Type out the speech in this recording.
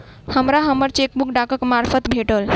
हमरा हम्मर चेकबुक डाकक मार्फत भेटल